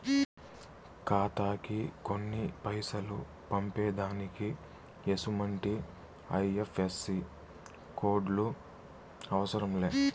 ఖాతాకి కొన్ని పైసలు పంపేదానికి ఎసుమంటి ఐ.ఎఫ్.ఎస్.సి కోడులు అవసరం లే